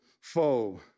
foe